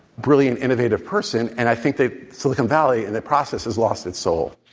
brilliant, innovative person. and i think that silicon valley, in the process, has lost its soul.